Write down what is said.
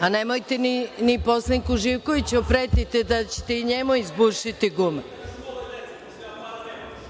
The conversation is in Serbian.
pa nemojte ni poslaniku Živkoviću da pretite da ćete i njemu izbušiti gume,